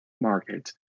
market